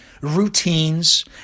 routines